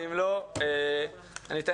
ואם לא אני אתן